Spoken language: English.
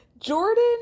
Jordan